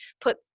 put